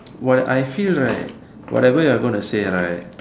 what I feel right whatever you're gonna say right